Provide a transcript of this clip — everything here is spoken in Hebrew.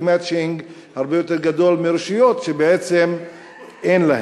מצ'ינג הרבה יותר גדול מרשויות שבעצם אין להן.